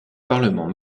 parlement